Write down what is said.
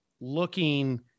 looking